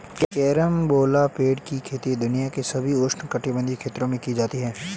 carambola पेड़ की खेती दुनिया के सभी उष्णकटिबंधीय क्षेत्रों में की जाती है